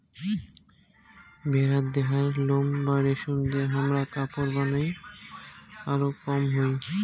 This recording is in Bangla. ভেড়ার দেহার লোম বা রেশম দিয়ে হামরা কাপড় বানাই আরো কাম হই